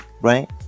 right